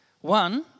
One